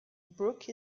brook